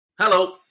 Hello